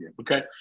Okay